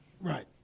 right